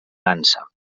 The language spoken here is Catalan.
dansa